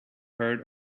heard